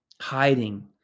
hiding